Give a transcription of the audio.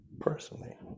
personally